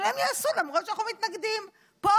אבל הם יעשו למרות שאנחנו מתנגדים פה,